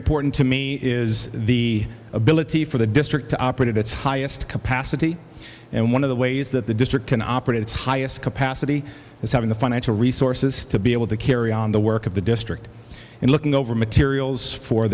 important to me is the ability for the district to operate at its highest capacity and one of the ways that the district can operate at its highest capacity is having the financial resources to be able to carry on the work of the district and looking over materials for